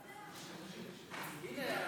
פה.